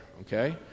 Okay